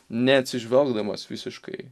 neatsižvelgdamas visiškai